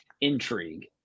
intrigue